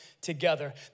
together